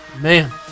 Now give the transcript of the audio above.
man